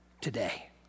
today